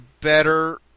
better